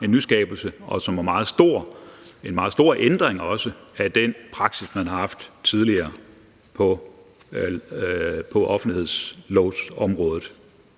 en nyskabelse, og som også var en meget stor ændring af den praksis, man har haft tidligere på offentlighedslovområdet.